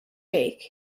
cake